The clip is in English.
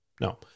No